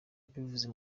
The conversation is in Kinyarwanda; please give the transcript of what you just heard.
yabivuze